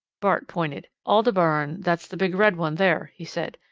bart pointed. aldebaran that's the big red one there, he said.